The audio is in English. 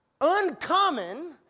uncommon